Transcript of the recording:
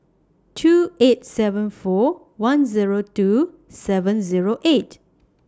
two eight seven four one Zero two seven Zero eight